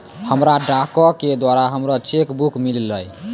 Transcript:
हमरा डाको के द्वारा हमरो चेक बुक मिललै